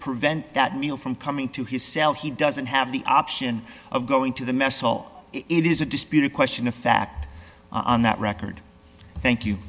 that meal from coming to his cell he doesn't have the option of going to the mess hall it is a disputed question of fact on that record thank you